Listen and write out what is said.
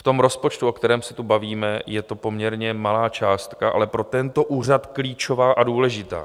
V rozpočtu, o kterém se tu bavíme, je to poměrně malá částka, ale pro tento úřad klíčová a důležitá.